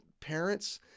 parents